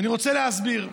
ואני רוצה להסביר.